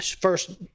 first